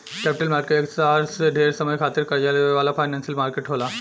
capital market एक साल से ढेर समय खातिर कर्जा देवे वाला फाइनेंशियल मार्केट होला